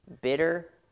Bitter